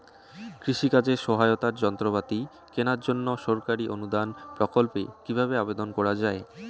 কৃষি কাজে সহায়তার যন্ত্রপাতি কেনার জন্য সরকারি অনুদান প্রকল্পে কীভাবে আবেদন করা য়ায়?